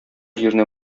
җиренә